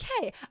Okay